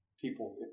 people